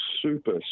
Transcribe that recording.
super